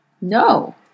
No